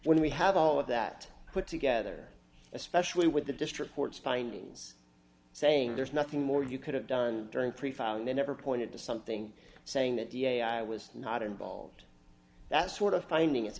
when we have all of that put together especially with the district court's findings saying there's nothing more you could have done during pre filing never pointed to something saying that da i was not involved that's sort of finding